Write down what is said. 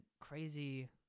crazy